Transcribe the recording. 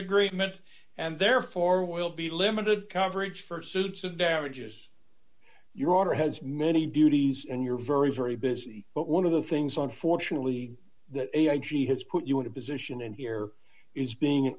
agreement and therefore will be limited coverage for suits of damages your honor has many duties and you're very very busy but one of the things unfortunately that a i g has put you in a position in here is being an